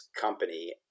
company